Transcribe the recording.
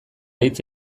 hitz